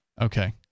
Okay